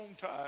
time